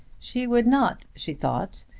she would not, she thought,